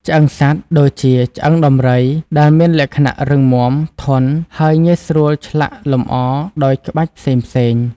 ឆ្អឹងសត្វ ដូចជា ឆ្អឹងដំរី ដែលមានលក្ខណៈរឹងមាំ ធន់ ហើយងាយស្រួលឆ្លាក់លម្អដោយក្បាច់ផ្សេងៗ។